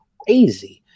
crazy